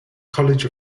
college